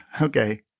Okay